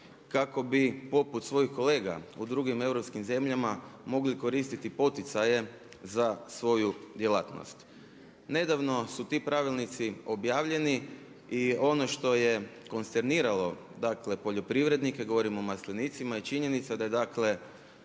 kako bi poput svojih kolega u drugim europskim zemljama mogli koristiti poticaje za svoju djelatnost. Nedavno su ti pravilnici objavljeni i ono što je konsterniralo dakle, poljoprivrednike, govorimo o maslinicima je činjenica da je dakle,